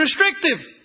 restrictive